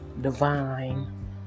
divine